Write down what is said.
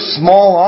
small